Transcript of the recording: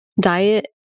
diet